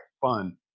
fun